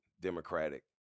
Democratic